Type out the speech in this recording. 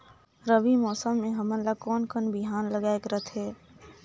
रबी मौसम मे हमन ला कोन कोन बिहान लगायेक रथे?